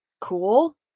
cool